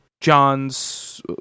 Johns